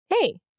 hey